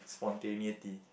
spontaneity